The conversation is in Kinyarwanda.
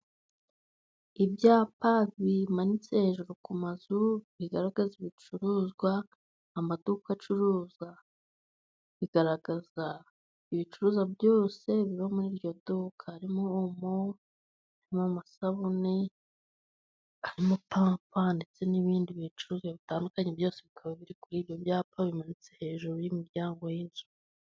Ibyapa bimanitse hejuru ku mazu bigaragaza ibicuruzwa amaduka acuruza. Bigaragaza ibicuruzwa byose biba muri iryo duka. Harimo omo, amasabune, harimo pampa, ndetse n'ibindi bicuruzwa bitandukanye byose bikaba biri kuri ibyo byapa bimanitse hejuru y'umuryango w'inzu.